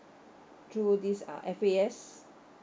through this uh F_A_S